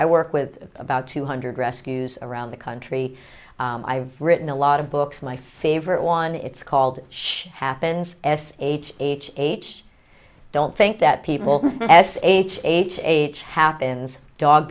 i work with about two hundred rescues around the country i've written a lot of books my favorite one it's called she happens s h h h i don't think that people s h h h happens dog